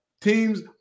teams